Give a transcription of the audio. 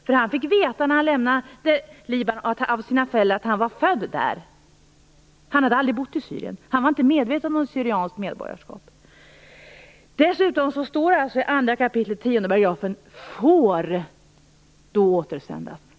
När han lämnade Libanon fick han veta av sina föräldrar att han var född där. Han har aldrig bott i Syrien. Han var inte medveten om sitt syriska medborgarskap. Dessutom står det i 2 kap. 10 § att en person då får återsändas.